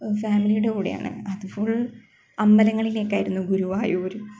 ഫാമിലിയുടെ കൂടെയാണ് അത് ഫുള് അമ്പലങ്ങളിലേക്കായിരുന്നു ഗുരുവായൂർ